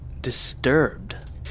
disturbed